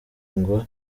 ngo